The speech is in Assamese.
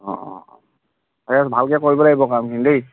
অঁ অঁ ত ভালকে কৰিব লাগিব কামখিনি দেই